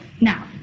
Now